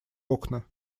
окна